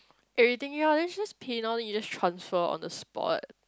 everything ya then just pay now then you just transfer on the spot